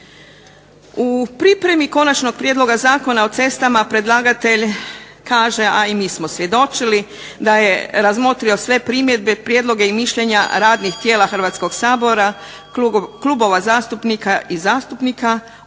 U pripremi Konačnog prijedlog Zakona o cestama predlagatelj kaže, a i mi smo svjedočili, da je razmotrio sve primjedbe, prijedloge i mišljenja radnih tijela Hrvatskog sabora, klubova zastupnika i zastupnica,